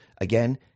again